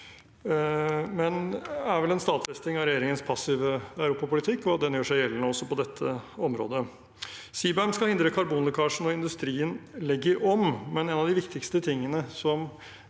det er vel en stadfesting av regjeringens passive europapolitikk og at den gjør seg gjeldende også på dette området. CBAM skal hindre karbonlekkasje når industrien legger om, men en av de viktigste tingene